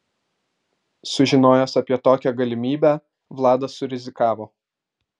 sužinojęs apie tokią galimybę vladas surizikavo